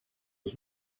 was